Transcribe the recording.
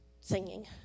singing